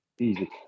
Easy